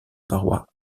paroi